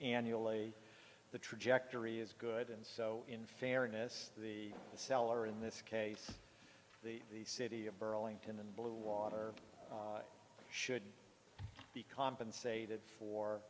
annually the trajectory is good and so in fairness to the seller in this case the city of burlington and blue water should be compensated